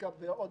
מתמטיקה ועוד